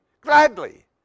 Gladly